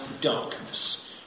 darkness